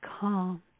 calm